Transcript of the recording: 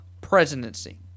presidency